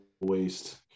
waste